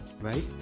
right